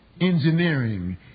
engineering